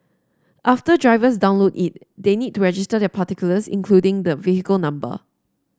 after drivers download it they need to register their particulars including the vehicle number